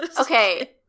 okay